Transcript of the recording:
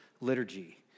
liturgy